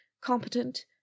competent